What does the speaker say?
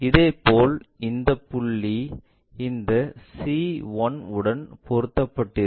இதேபோல் இந்த புள்ளி இந்த C 1 உடன் பொருத்தப்பட்டிருக்கும்